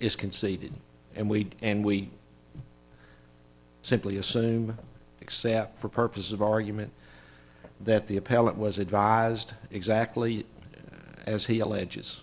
is conceded and we and we simply assume except for purposes of argument that the appellant was advised exactly as he alleges